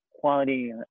quality